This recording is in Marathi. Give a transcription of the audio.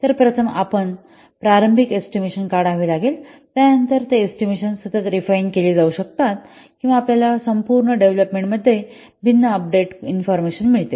तर प्रथम आपण प्रारंभिक एस्टिमेशन काढावे लागेल त्यानंतर ते एस्टिमेशन सतत रिफाइन केले जाऊ शकतात किंवा आपल्याला संपूर्ण डेव्हलपमेंट मध्ये भिन्न अपडेटेड इन्फॉर्मेशन मिळते